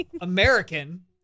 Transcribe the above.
American